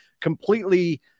Completely